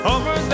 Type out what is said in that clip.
Over